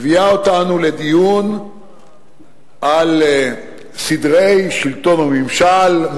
מביאה אותנו לדיון על סדרי שלטון וממשל,